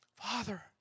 Father